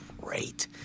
great